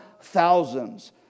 thousands